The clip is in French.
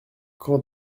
quand